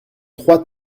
trois